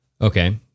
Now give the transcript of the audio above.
okay